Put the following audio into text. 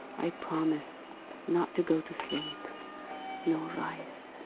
i promise not to go to sleep nor rise.